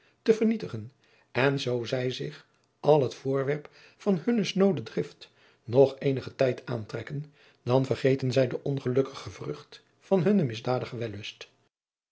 te vernietigen en zoo zij zich al het voorwerp van hunne snoode drift nog eenigen tijd aantrekken dan vergeten zij de ongelukkige vrucht van hunnen misdadigen wellust